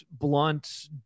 blunt